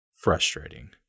frustrating